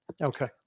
Okay